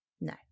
No